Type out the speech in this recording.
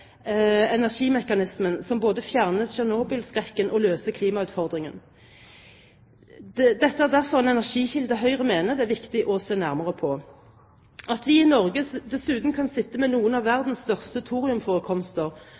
energimekanismen som både fjerner Tsjernobyl-skrekken og løser klimautfordringen. Dette er derfor en energikilde Høyre mener det er viktig å se nærmere på. At vi i Norge dessuten kan sitte med noen av